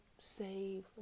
save